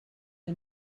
the